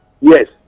Yes